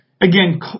Again